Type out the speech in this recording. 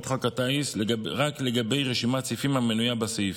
חוק הטיס רק לגבי רשימת סעיפים המנויה בסעיף,